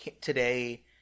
today